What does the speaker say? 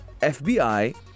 FBI